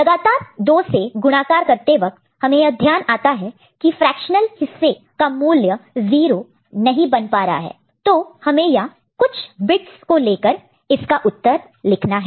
लगातार 2 से गुणाकार मल्टीप्लाई multiply करते वक्त हमें यह ध्यान आता है की फ्रेक्शनल हिस्सा का मूल्य 0 नहीं बन पा रहा है तो हमें यहां कुछ बिट्स को लेकर इसका उत्तर लिखना है